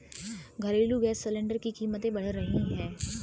घरेलू gas cylinder की कीमतें बढ़ रही है